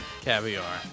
caviar